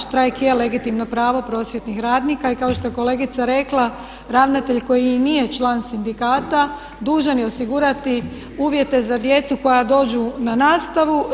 Štrajk je legitimno pravo prosvjetnih radnika i kao što je kolegica rekla, ravnatelj koji i nije član sindikata dužan je osigurati uvjete za djecu koja dođu na nastavu.